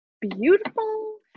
beautiful